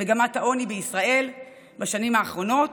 מגמת העוני בישראל בשנים האחרונות,